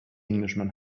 englishman